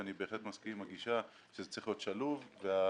שאני בהחלט מסכים עם הגישה שזה צריך להיות שלוב והחיבור